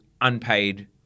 unpaid